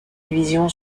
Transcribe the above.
division